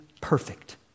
perfect